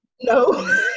No